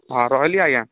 ହଁ ରହିଲି ଆଜ୍ଞା